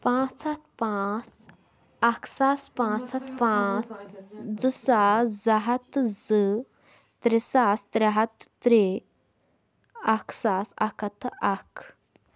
پانٛژھ ہَتھ پانٛژھ اَکھ ساس پانٛژھ ہَتھ پانٛژھ زٕ ساس زٕ ہَتھ تہٕ زٕ ترٛےٚ ساس ترٛےٚ ہَتھ تہٕ ترٛے اَکھ ساس اَکھ ہَتھ تہٕ اَکھ